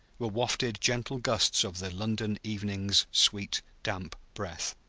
were wafted gentle gusts of the london evening's sweet, damp breath.